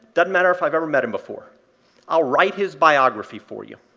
doesn't matter if i've ever met him before i'll write his biography for you.